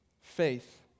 faith